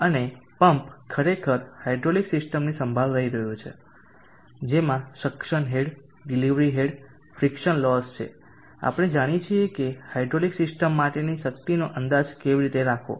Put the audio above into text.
અને પમ્પ ખરેખર હાઇડ્રોલિક સિસ્ટમની સંભાળ લઈ રહ્યો છે જેમાં suction head delivery head friction loss છે આપણે જાણીએ છીએ કે હાઇડ્રોલિક સિસ્ટમ માટેની શક્તિનો અંદાજ કેવી રીતે રાખવો